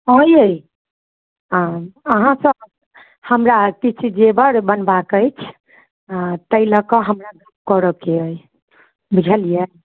हँ यै अहाँसँ हमरा किछु जेवर बनयबाक अछि हँ ताहि लऽ कऽ हमरा गप्प करयके अइ बुझलियै